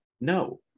No